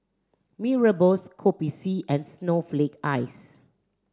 Mee Rebus Kopi C and snowflake ice